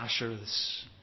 ashers